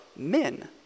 men